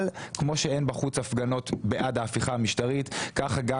אבל כמו שאין בחוץ הפגנות בעד ההפיכה המשטרית ככה גם